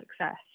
success